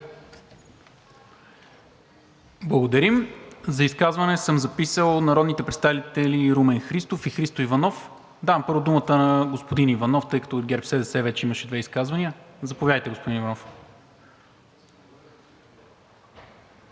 Благодаря. За изказване съм записал народните представители Румен Христов и Христо Иванов. Давам първо думата на господин Иванов, тъй като от ГЕРБ СДС вече имаше две изказвания. Заповядайте, господин Иванов.